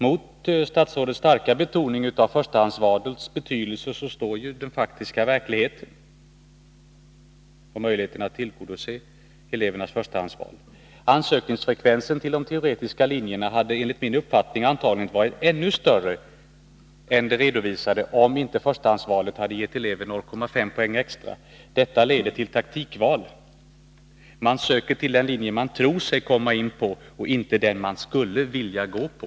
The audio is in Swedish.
Mot statsrådets starka betoning av förstahandsvalets betydelse står ju den faktiska verkligheten och möjligheten att tillgodose elevernas förstahandsval. Antalet ansökningar till de teoretiska linjerna hade enligt min uppfattning antagligen varit ännu större än det redovisade, om inte förstahandsvalet hade gett eleverna 0,5 poäng extra. Detta leder till taktikval. Eleverna söker till den linje de tror sig komma in på och inte till den de skulle vilja gå på.